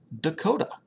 Dakota